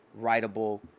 writable